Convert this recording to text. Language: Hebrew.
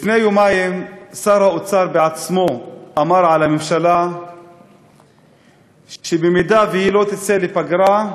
לפני יומיים שר האוצר בעצמו אמר על הממשלה שאם היא לא תצא לפגרה,